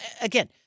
again